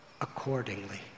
accordingly